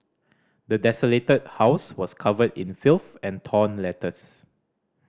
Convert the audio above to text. the desolated house was covered in filth and torn letters